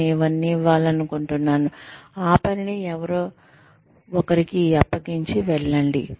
నేను ఇవన్నీ ఇవ్వాలనుకుంటున్నాను ఆ పనిని ఎవరో ఒకరికి అప్పగించి వెళ్ళండి